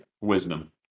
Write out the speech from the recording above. Wisdom